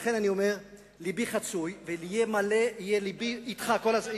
לכן אני אומר שלבי חצוי, ויהיה לבי אתך כל הזמן,